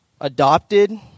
adopted